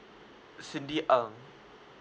cindy ng